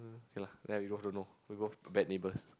okay lah then we both don't know we both bad neighbors